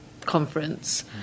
conference